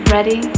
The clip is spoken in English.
Ready